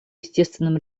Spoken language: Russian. естественным